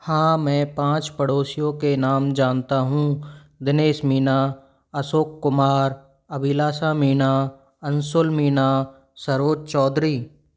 हाँ मैं पाँच पड़ोसियों के नाम जानता हूँ दिनेश मीना अशोक कुमार अभिलाषा मीना अंसुल मीना सरोज चौधरी